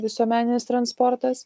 visuomeninis transportas